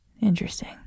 Interesting